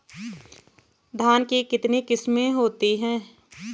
धान की कितनी किस्में होती हैं?